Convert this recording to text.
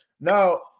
Now